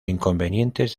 inconvenientes